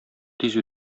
тиз